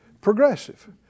Progressive